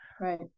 Right